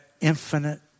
infinite